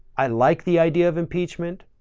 i like the idea of impeachment.